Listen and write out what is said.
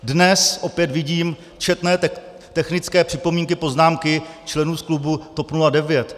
Dnes opět vidím četné technické připomínky, poznámky členů klubu TOP 09.